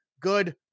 Good